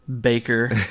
baker